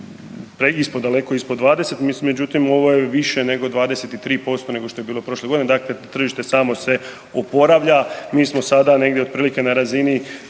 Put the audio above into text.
ispod daleko ispod 20, međutim ovo je više nego 23% nego što je bilo prošle godine. Dakle, tržište samo se oporavlja i mi smo sada negdje otprilike na razini